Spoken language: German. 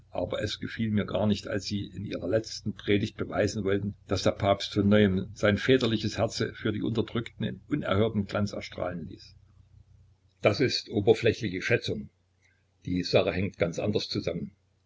aber es gefiel mir gar nicht als sie in ihrer letzten predigt beweisen wollten daß der papst von neuem sein väterliches herze für die unterdrückten in unerhörtem glanz erstrahlen ließ das ist oberflächliche schätzung die sache hängt ganz anders zusammen